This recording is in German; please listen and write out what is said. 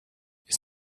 ist